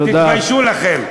תתביישו לכם.